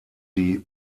die